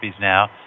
now